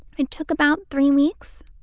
and took about three weeks.